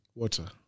water